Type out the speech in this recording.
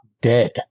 dead